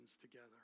together